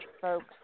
folks